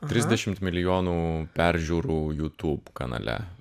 trisdešimt milijonų peržiūrų youtube kanale